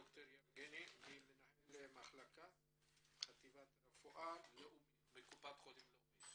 ד"ר יבגני מנהל מחלקה בחטיבת הרפואה בקופת חולים לאומית.